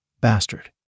bastard